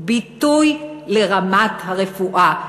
ביטוי לרמת הרפואה.